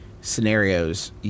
scenarios